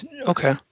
Okay